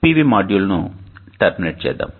PV మాడ్యూల్ను terminate చేద్దాం